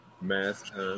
Mask